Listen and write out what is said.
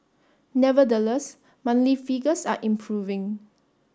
nevertheless monthly figures are improving